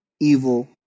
evil